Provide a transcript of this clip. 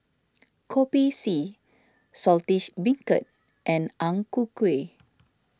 Kopi C Saltish Beancurd and Ang Ku Kueh